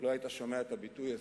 לא היית שומע את הביטוי הזה,